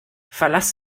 verlass